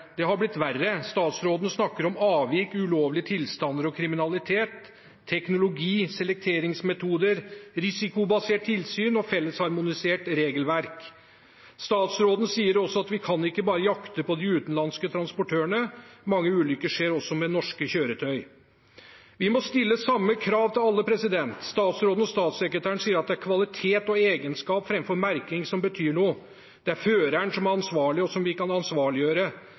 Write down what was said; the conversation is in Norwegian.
det har blitt verre. Statsråden snakker om avvik, ulovlige tilstander og kriminalitet, teknologi, selekteringsmetoder, risikobasert tilsyn og fellesharmonisert regelverk. Statsråden sier også at vi kan ikke bare jakte på de utenlandske transportørene, mange ulykker skjer også med norske kjøretøy. Vi må stille samme krav til alle. Statsråden og statssekretæren sier at det er kvalitet og egenskap, framfor merking, som betyr noe. Det er føreren som er ansvarlig, og som vi kan ansvarliggjøre.